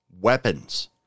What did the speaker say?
Weapons